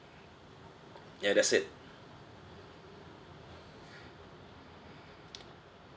ya that's it